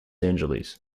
angeles